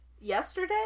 Yesterday